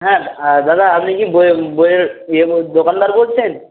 হ্যাঁ আ দাদা আপনি কি বইয়ের বইয়ের ইয়ে বো দোকানদার বলছেন